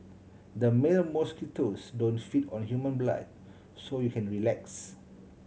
the male mosquitoes don't feed on human blood so you can relax